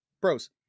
pros